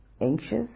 anxious